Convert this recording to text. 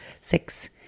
six